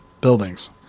buildings